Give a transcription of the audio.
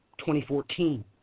2014